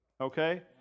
okay